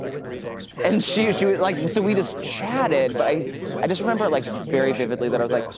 and she she was like, so we just chatted. but i i just remember like very vividly that i was like,